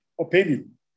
opinion